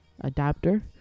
adapter